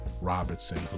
Robertson